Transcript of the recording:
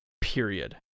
period